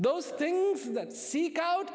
those things that seek out